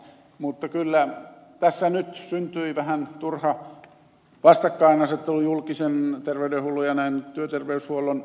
mutta kyllä tässä nyt syntyi vähän turha vastakkainasettelu julkisen terveydenhuollon ja työterveyshuollon välillä